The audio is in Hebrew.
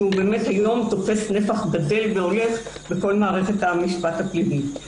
שהיום תופס נפח גדל והולך בכל מערכת המשפט הפלילי.